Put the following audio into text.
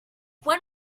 when